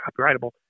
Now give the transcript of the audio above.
copyrightable